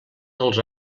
dels